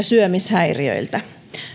syömishäiriöiltä